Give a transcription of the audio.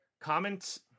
comments